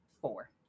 four